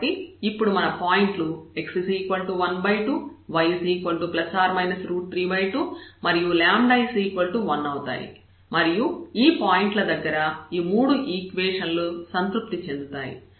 కాబట్టి ఇప్పుడు మన పాయింట్లు x 12 y±32 మరియు 1 అవుతాయి మరియు ఈ పాయింట్ల దగ్గర ఈ మూడు ఈక్వేషన్ లు సంతృప్తి చెందుతాయి